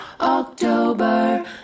October